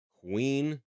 Queen